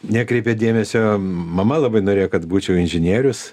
nekreipė dėmesio mama labai norėjo kad būčiau inžinierius